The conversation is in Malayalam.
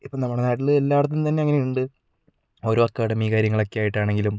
ഇപ്പം നമ്മുടെ നാട്ടിൽ എല്ലായിടത്തും തന്നെ അങ്ങനെയുണ്ട് ഓരോ അക്കാഡമി കാര്യങ്ങളൊക്കെ ആയിട്ടാണെങ്കിലും